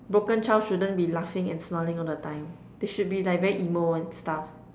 broken child shouldn't be laughing and smiling all the time they should be like very emo and stuff